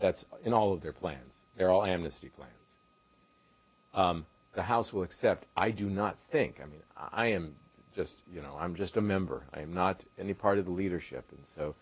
that's in all of their plans they're all amnesty claims the house will accept i do not think i mean i am just you know i'm just a member i'm not any part of the leadership and so